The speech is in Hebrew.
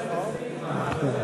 נתקבל.